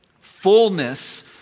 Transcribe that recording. Fullness